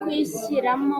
kuyishyiramo